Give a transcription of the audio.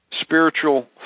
spiritual